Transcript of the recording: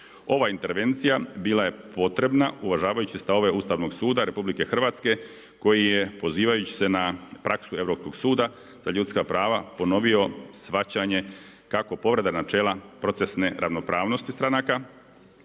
Ova intervencija, bila je potrebna uvažavajući stavove Ustavnog suda RH, koji je pozivajući se na praksu Europskog suda za ljudska prava ponovio shvaćanje kako povreda načela procesne ravnopravnosti stranaka,